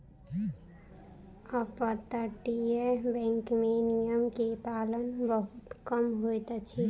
अपतटीय बैंक में नियम के पालन बहुत कम होइत अछि